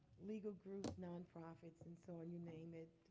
legal group, nonprofits, and so on, you name it,